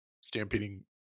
stampeding